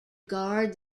guard